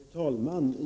Herr talman!